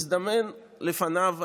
הזדמן לפניו,